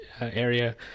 area